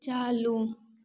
चालू